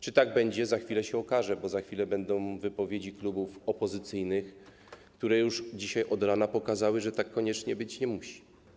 Czy tak będzie, zaraz się okaże, bo za chwilę będą wypowiedzi klubów opozycyjnych, które już dzisiaj od rana pokazały, że tak koniecznie być nie musi.